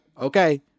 okay